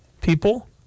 people